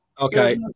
okay